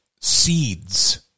seeds